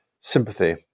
sympathy